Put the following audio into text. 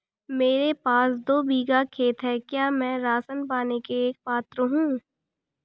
मेरे पास दो बीघा खेत है क्या मैं राशन पाने के लिए पात्र हूँ?